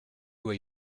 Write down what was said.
where